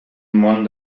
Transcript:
món